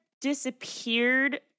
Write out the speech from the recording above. disappeared